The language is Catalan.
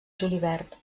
julivert